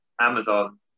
amazon